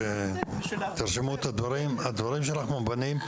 הדברים שלך מובנים.